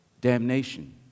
damnation